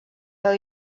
peu